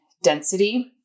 density